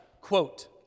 quote